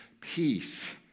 peace